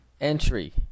entry